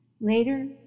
Later